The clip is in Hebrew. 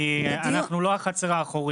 כי אנחנו לא החצר האחורית.